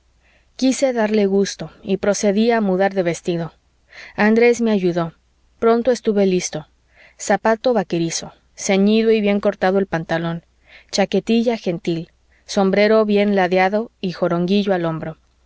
quise darle gusto y procedí a mudar de vestido andrés me ayudó pronto estuve listo zapato vaquerizo ceñido y bien cortado pantalón chaquetilla gentil sombrero bien ladeado y joronguillo al hombro